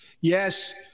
Yes